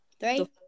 Three